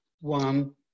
one